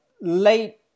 Late